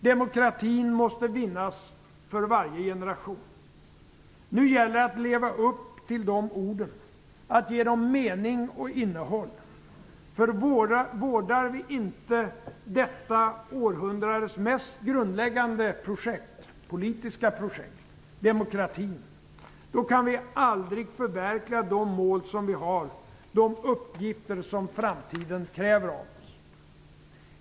Demokratin måste vinnas för varje generation Nu gäller det att leva upp till de orden, att ge dem mening och innehåll. För vårdar vi inte detta århundrades mest grundläggande politiska projekt - demokratin - då kan vi aldrig förverkliga de mål som vi har, de uppgifter som framtiden kräver av oss.